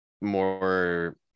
more